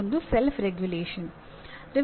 ಇನ್ನೊಂದು ಸ್ವಯಂ ನಿಯಂತ್ರಣ